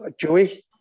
Joey